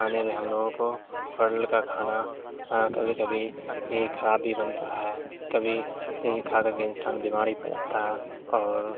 کھانے میں ہم لوگوں کو ہوٹل کا کھانا کبھی کبھی خراب بھی بنتا ہے کبھی یہی کھا کر کے انسان بیمار بھی پڑ جاتا ہے اور